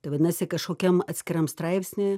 tai vadinasi kažkokiam atskiram straipsny